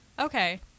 Okay